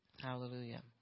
Hallelujah